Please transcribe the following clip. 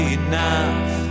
enough